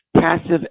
passive